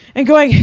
and going,